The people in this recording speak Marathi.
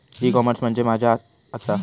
ई कॉमर्स म्हणजे मझ्या आसा?